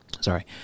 sorry